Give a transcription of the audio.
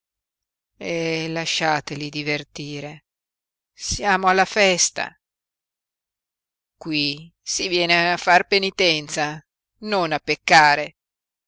lui e lasciateli divertire siamo alla festa qui si viene a far penitenza non a peccare